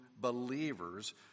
believers